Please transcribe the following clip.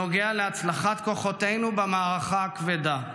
נוגע להצלחת כוחותינו במערכה הכבדה.